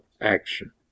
action